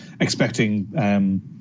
expecting